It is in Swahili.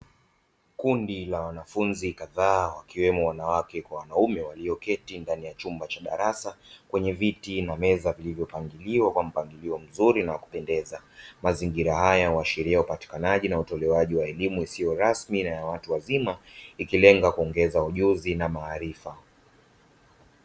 Kundi la wanafunzi kadhaa wakiwemo wanawake kwa wanaume walioketi ndani ya chumba cha darasa kwenye viti na meza vilivyopangiliwa kwa mpangilio mzuri na wakupendeza. Mazingira haya huashiria upatikanaji na utolewaji wa elimu isiyo rasmi na ya watu wazima ikilenga kuongeza ujuzi na maarifa.